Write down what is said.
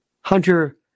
Hunter